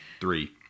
Three